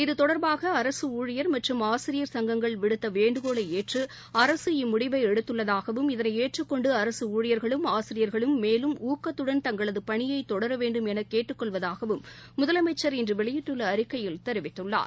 இத்தொடர்பாக அரசு ஊழியர் மற்றும் ஆசிரியர் சங்கங்கள் விடுத்த வேண்டுகோளை ஏற்று அரசு இம்முடிவை எடுத்துள்ளதாகவும் இதனை ஏற்றுக் கொண்டு அரசு ஊழியர்களும் ஆசிரியர்களும் மேலும் ஊக்கத்துடன் தங்களது பணியை தொடர வேண்டும் என கேட்டுக் கொள்வதாகவும் முதலமைச்சர் இன்று வெளியிட்டுள்ள அறிக்கையில் தெரிவித்துள்ளார்